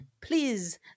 please